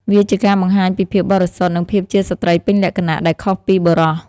វាជាការបង្ហាញពីភាពបរិសុទ្ធ និងភាពជាស្ត្រីពេញលក្ខណៈ ដែលខុសពីបុរស។